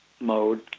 mode